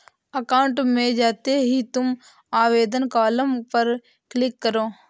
account में जाते ही तुम आवेदन कॉलम पर क्लिक करो